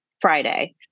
Friday